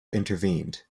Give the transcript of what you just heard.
intervened